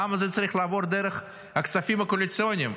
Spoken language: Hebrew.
למה זה צריך לעבור דרך הכספים הקואליציוניים?